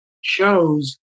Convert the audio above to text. shows